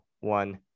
one